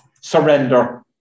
surrender